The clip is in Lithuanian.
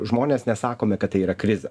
žmonės nesakome kad tai yra krizė